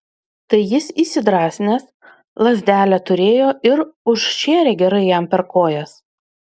tai jis įsidrąsinęs lazdelę turėjo ir užšėrė gerai jam per kojas